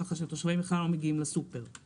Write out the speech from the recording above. כך שהתושבים בכלל לא מגיעים לסופרמרקטים.